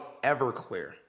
Everclear